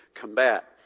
combat